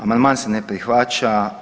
Amandman se ne prihvaća.